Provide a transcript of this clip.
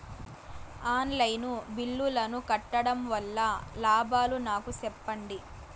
On line బిల్లుల ను కట్టడం వల్ల లాభాలు నాకు సెప్పండి?